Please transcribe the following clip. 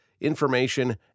information